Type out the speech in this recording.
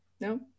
no